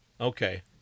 Okay